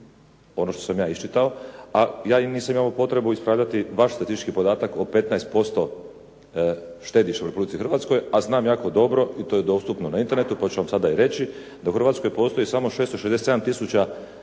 Ono što sam ja iščitao, a ja nisam imao potrebu ispravljati vaš statistički podatak o 15% štediša u Republici Hrvatskoj a znam jako dobro i to je dostupno na Internetu pa ću vam sada i reći da u Hrvatskoj postoji samo 667 tisuća